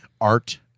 art